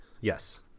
Yes